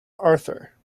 arthur